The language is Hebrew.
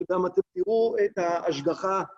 גם אתם תראו את ההשגחה